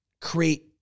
create